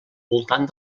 voltant